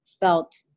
felt